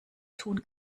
tun